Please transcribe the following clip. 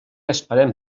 esperem